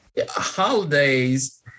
holidays